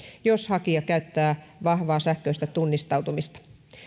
jos hakija käyttää vahvaa sähköistä tunnistautumista